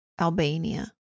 Albania